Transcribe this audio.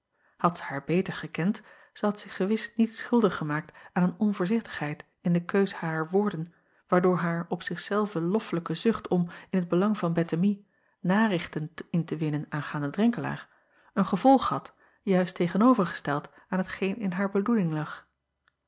zij haar beter gekend zij had zich gewis niet schuldig gemaakt aan een onvoorzichtigheid in de keus harer woorden waardoor haar op zich zelve loffelijke zucht om in t belang van ettemie narichten in te winnen aangaande renkelaer een gevolg had juist tegenovergesteld aan t geen in haar bedoeling lag